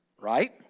Right